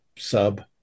Sub